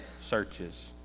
searches